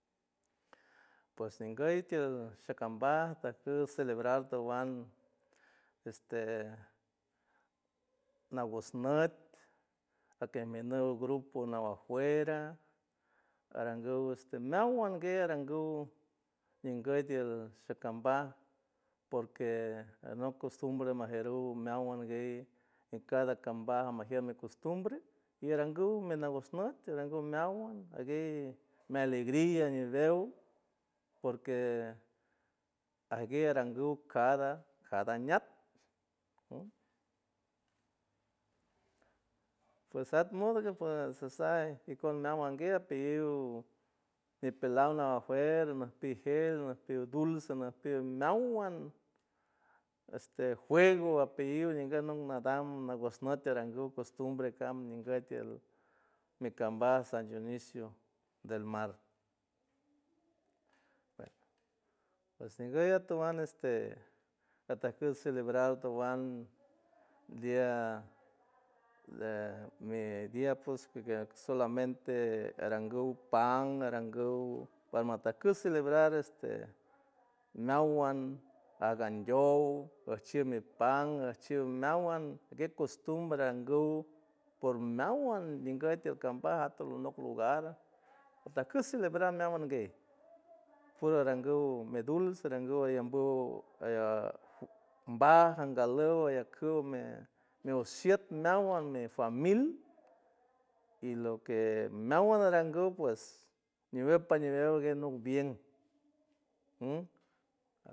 Pos nin gueyties sacambaj acu celebrar towuan este nabosnat atienmene grupo de anga fuera arangu este meawuand gue arangu ñengueyke shacambaj porque not costumbre meajeru meawuaguey en cada camba amajier mi costumbre mearangu menabosnot tirangu meawuan aguey mi alegria nibeu porque aguey arangu cada jarianat umju pues at modo dipues sisae y com meawuangue apeyiuu nipelana jue najpijel nalpidulce nalpi meawuand este juego apiliuy angal not at nangalnot arasnot tarangu nos costumbre nga ningue tield micambars san dionisio del mar, pues niguey atowuan este ataujus celebrar atowuan dia de mi días pus solamente arangu pan arangu palmatacus celebrar este meawuan aganyouw archi mi pan archi meawuan guet costumbre arangou por meaguant ninguet ti alcambarj atolonot to lunagua raca celebrar meawuande puro arangu me dulce puro arangu baj angaluj ayacu ume mueshiet meawuan mi famil y loque meawuan arangu pues niopa niliew guieu nilu bien